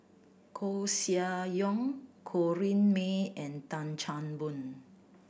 Koeh Sia Yong Corrinne May and Tan Chan Boon